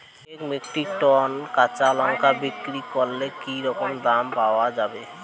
এক metric ton কাঁচা লঙ্কা বিক্রি করলে কি রকম দাম পাওয়া যাবে?